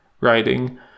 writing